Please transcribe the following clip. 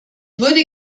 wurde